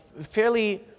fairly